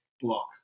block